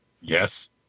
Yes